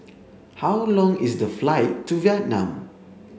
how long is the flight to Vietnam